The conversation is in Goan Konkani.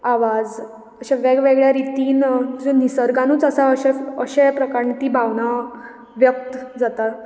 आवाज अश्या वेग वेगळ्या रितीन निसर्गानूच आसा अशें प्रकारान तीं भावनां व्यक्त जाता